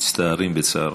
ומצטערים בצערך.